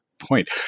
point